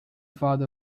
father